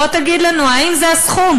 בוא תגיד לנו: האם זה הסכום?